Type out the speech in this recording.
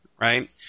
right